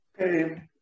Okay